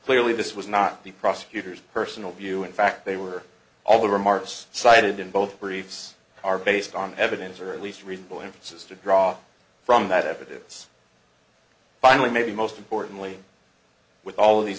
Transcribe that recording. clearly this was not the prosecutor's personal view in fact they were all the remarks cited in both briefs are based on evidence or at least reasonable inferences to draw from that evidence finally maybe most importantly with all of these